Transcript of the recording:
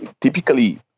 typically